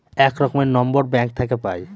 এক রকমের নম্বর ব্যাঙ্ক থাকে পাই